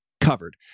covered